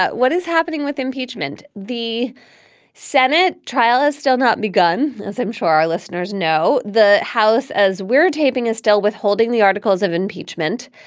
but what is happening with impeachment? the senate trial has still not begun, as i'm sure our listeners know, the house as we're taping, is still withholding the articles of impeachment,